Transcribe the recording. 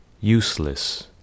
Useless